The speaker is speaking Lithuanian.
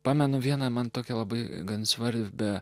pamenu vieną man tokią labai gan svarbią